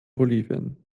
bolivien